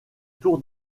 tour